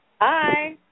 Hi